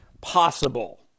possible